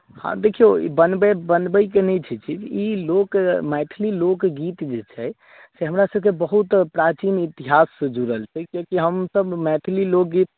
हँ देखियौ ई बनबै बनबयके नहि छै चीज ई लोक मैथिली लोकगीत जे छै से हमरासभके बहुत प्राचीन इतिहाससँ जुड़ल छै कियाकि हमसभ मैथिली लोकगीत